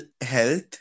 health